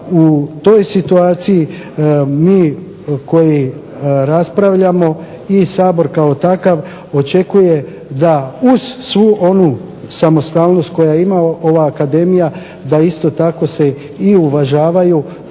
u toj situaciji mi koji raspravljamo i Sabor kao takav očekuje da uz svu onu samostalnost koju ima ova Akademija, da isto tako se uvažaju